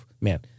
man